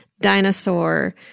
dinosaur